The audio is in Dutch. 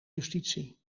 justitie